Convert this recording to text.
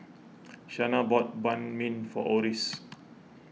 Shana bought Banh Mi for Oris